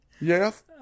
yes